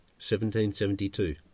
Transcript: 1772